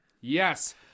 Yes